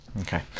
Okay